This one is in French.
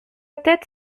tête